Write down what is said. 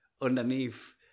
underneath